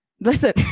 Listen